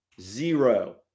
zero